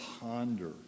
ponder